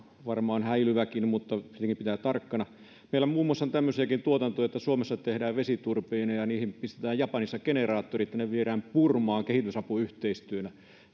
varmaan häilyväkin mutta tietenkin pitää olla tarkkana meillä muun muassa on tämmöisiäkin tuotantoja että suomessa tehdään vesiturbiineja niihin pistetään japanissa generaattorit ja ne viedään burmaan kehitysapuyhteistyönä